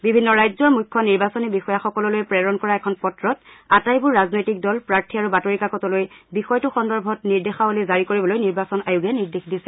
বিভিন্ন ৰাজ্যৰ মুখ্য নিৰ্বাচনী বিষয়াসকললৈ প্ৰেৰণ কৰা এখন পত্ৰত আটাইবোৰ ৰাজনৈতিক দল প্ৰাৰ্থী আৰু বাতৰি কাকতলৈ বিষয়টো সন্দৰ্ভত নিৰ্দেশাৱলী জাৰি কৰিবলৈ নিৰ্বাচন আয়োগে নিৰ্দেশ দিছে